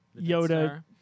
Yoda